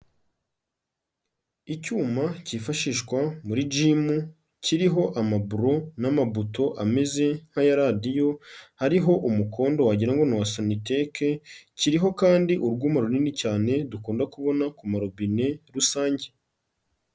Icyuma cyifashishwa muri gym, kiriho amaburo n'amabuto, ameze nk'aya radiyo, hariho umukondo wagira ngo ni uwa soniteke, kiriho kandi urwuma runini cyane dukunda kubona ku marobine rusange.